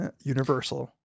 Universal